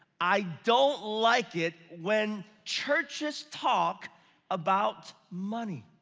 i don't like it when churches talk about money.